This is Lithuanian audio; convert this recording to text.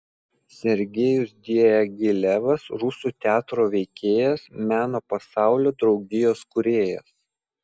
sergejus diagilevas rusų teatro veikėjas meno pasaulio draugijos kūrėjas